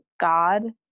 God